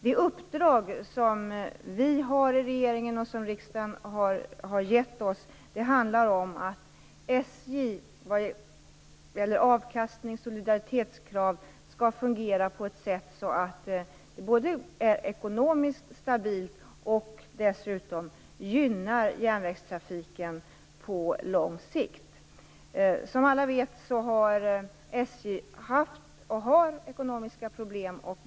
Det uppdrag vi i regeringen har fått av riksdagen handlar om att SJ vad gäller avkastnings och soliditetskrav skall fungera så att det både är ekonomiskt stabilt och dessutom gynnar järnvägstrafiken på lång sikt. Som alla vet har SJ haft, och har, ekonomiska problem.